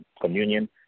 communion